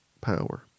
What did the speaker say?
power